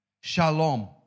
Shalom